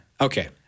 Okay